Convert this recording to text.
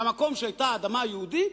במקום שהיתה אדמה יהודית,